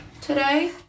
today